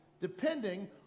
depending